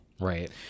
Right